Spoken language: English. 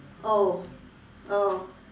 oh oh